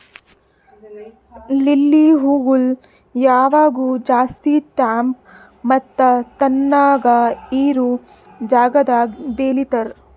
lily ಹೂಗೊಳ್ ಯಾವಾಗ್ಲೂ ಜಾಸ್ತಿ ತಂಪ್ ಮತ್ತ ತಣ್ಣಗ ಇರೋ ಜಾಗದಾಗ್ ಬೆಳಿತಾರ್